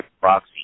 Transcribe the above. proxy